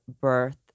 birth